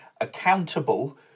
accountable